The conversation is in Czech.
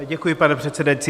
Děkuji, pane předsedající.